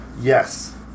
Yes